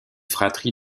fratrie